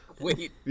Wait